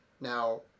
Now